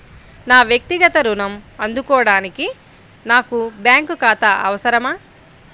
నా వక్తిగత ఋణం అందుకోడానికి నాకు బ్యాంక్ ఖాతా అవసరమా?